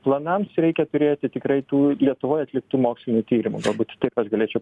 planams reikia turėti tikrai tų lietuvoj atliktų mokslinių tyrimų galbūt tiek aš galėčiau